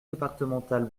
départemental